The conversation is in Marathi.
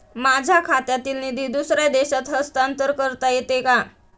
माझ्या खात्यातील निधी दुसऱ्या देशात हस्तांतर करता येते का?